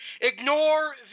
Ignore